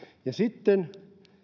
ja sitten